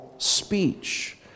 speech